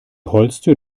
holztür